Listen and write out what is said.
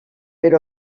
per